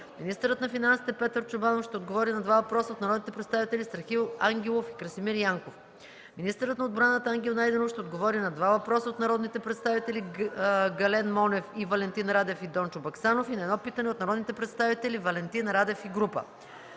Министърът на финансите Петър Чобанов ще отговори на два въпроса от народните представители Страхил Ангелов; и Красимир Янков. 9. Министърът на отбраната Ангел Найденов ще отговори на два въпроса от народните представители Гален Монев; Валентин Радев и Дончо Баксанов и на едно питане от народните представители Валентин Радев и група